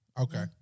Okay